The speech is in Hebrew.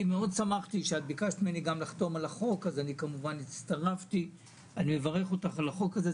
שמחתי לחתום על חוק לבקשך ואני מברך אותך על החוק הזה.